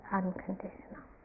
unconditional